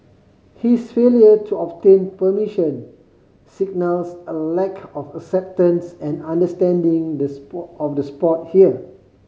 his failure to obtain permission signals a lack of acceptance and understanding the of the sport here